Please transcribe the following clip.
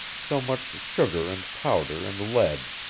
so much sugar and powder and lead,